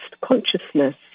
consciousness